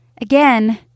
Again